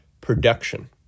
Production